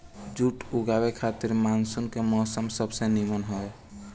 जुट उगावे खातिर मानसून के मौसम सबसे निमन हवे